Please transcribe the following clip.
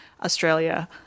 Australia